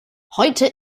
heute